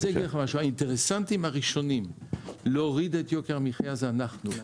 האינטרסנטים הראשונים להוריד את יוקר המחייה זה אנחנו.